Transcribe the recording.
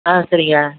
ஆ சரிங்க